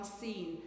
seen